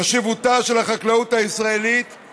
חשיבותה של החקלאות הישראלית היא